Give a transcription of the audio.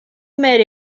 mary